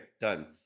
done